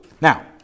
Now